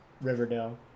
Riverdale